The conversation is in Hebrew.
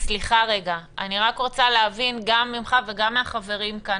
אני רוצה להבין, גם ממך וגם מן החברים כאן.